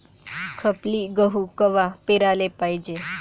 खपली गहू कवा पेराले पायजे?